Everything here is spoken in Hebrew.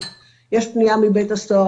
יש פניה מבית הסוהר,